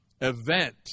event